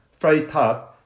Freitag